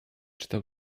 czytał